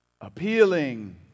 appealing